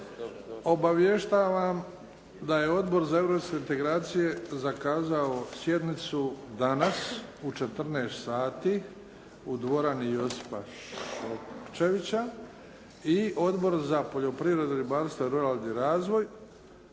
Obavještavam da je Odbor za europske integracije zakazao sjednicu danas u 14 sati u dvorani Josipa Šokčevića i Odbor za poljoprivredu, ribarstvo i ruralni razvoj